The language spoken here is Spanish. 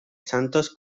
santos